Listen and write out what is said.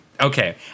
Okay